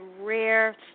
rare